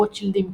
הרוטשילדים,